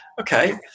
Okay